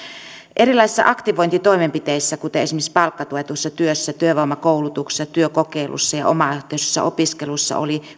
erilaisissa aktivointitoimenpiteissä kuten esimerkiksi palkkatuetussa työssä työvoimakoulutuksessa työkokeilussa ja omaehtoisessa opiskelussa oli